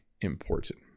important